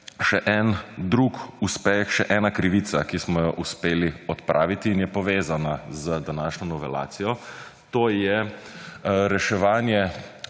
še en drug uspeh, še ena krivica, ki smo jo uspeli odpraviti in je povezana z današnjo novelacijo, to je reševanje